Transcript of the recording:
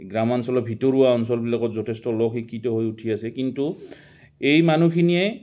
গ্ৰাম্যাঞ্চলৰ ভিতৰুৱা অঞ্চলবিলাকত যথেষ্ট লোক শিক্ষিত হৈ উঠি আছে কিন্তু এই মানুহখিনিয়ে